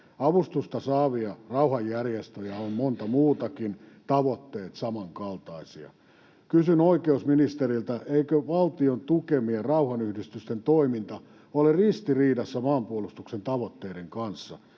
Avustusta saavia rauhanjärjestöjä on monta muutakin, tavoitteet samankaltaisia. Kysyn oikeusministeriltä: Eikö valtion tukemien rauhanyhdistysten toiminta ole ristiriidassa maanpuolustuksen tavoitteiden kanssa?